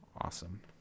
Awesome